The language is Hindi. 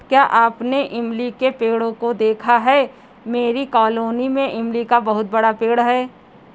क्या आपने इमली के पेड़ों को देखा है मेरी कॉलोनी में इमली का बहुत बड़ा पेड़ है